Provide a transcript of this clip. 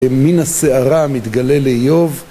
מן הסערה מתגלה לאיוב